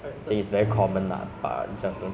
I haven't watched lah I want to watch but uh